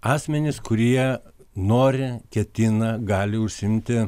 asmenys kurie nori ketina gali užsiimti